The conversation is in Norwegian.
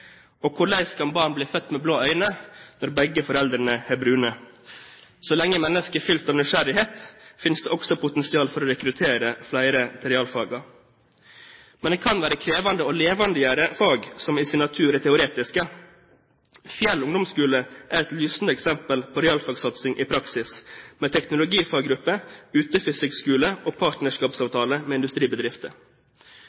kan barn bli født med blå øyne når begge foreldrene har brune? Så lenge mennesket er fylt av nysgjerrighet, finnes det også potensial for å rekruttere flere til realfagene. Men det kan være krevende å levendegjøre fag som i sin natur er teoretiske. Fjell Ungdomsskule er et lysende eksempel på realfagsatsing i praksis, med teknologifaggruppe, utefysikkskole og